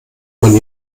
man